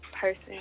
person